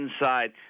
inside